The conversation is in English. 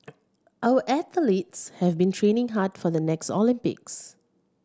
our athletes have been training hard for the next Olympics